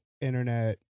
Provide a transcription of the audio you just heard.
internet